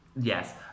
yes